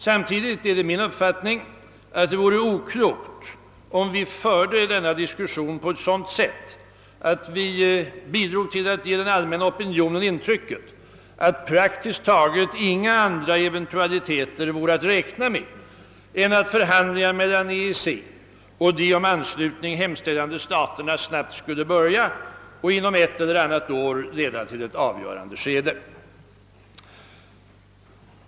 Samtidigt är det min uppfattning att det vore oklokt om vi förde denna diskussion på ett sådant sätt, att vi bidrog till att ge den allmänna opinionen intrycket att praktiskt taget inga andra eventualiteter vore att räkna med än att förhandlingar mellan EEC och de om anslutning hemställande staterna snabbt skulle börja och inom ett eller annat år leda till ett avgörande skede.